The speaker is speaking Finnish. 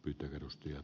ykn edustajat